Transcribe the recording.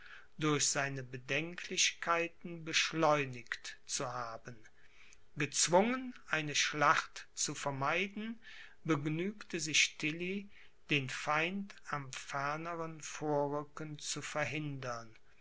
durch seine bedenklichkeiten beschleunigt zu haben gezwungen eine schlacht zu vermeiden begnügte sich tilly den feind am ferneren vorrücken zu verhindern